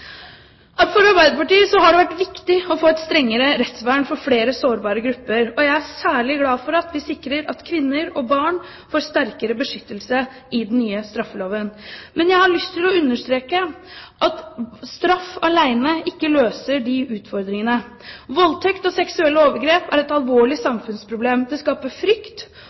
For Arbeiderpartiet har det vært viktig å få et strengere rettsvern for flere sårbare grupper, og jeg er særlig glad for at vi sikrer at kvinner og barn får sterkere beskyttelse i den nye straffeloven. Men jeg har lyst til å understreke at straff alene ikke løser de utfordringene. Voldtekt og seksuelle overgrep er et alvorlig samfunnsproblem. Det skaper frykt,